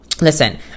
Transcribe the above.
listen